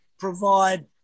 provide